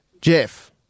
Jeff